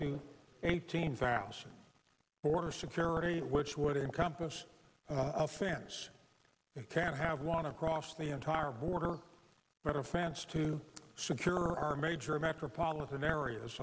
to eighteen thousand border security which would encompass a fence it can't have one across the entire border but a fence to secure our major metropolitan areas